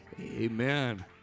Amen